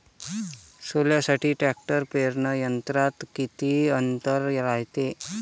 सोल्यासाठी ट्रॅक्टर पेरणी यंत्रात किती अंतर रायते?